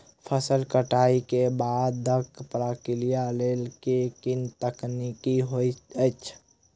फसल कटाई केँ बादक प्रक्रिया लेल केँ कुन तकनीकी होइत अछि?